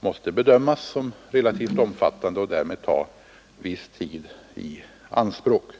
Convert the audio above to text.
måste bedömas som relativt omfattande och därmed ta viss tid i anspråk.